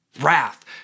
Wrath